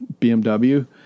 BMW